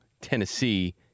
Tennessee